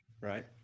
Right